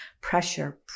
pressure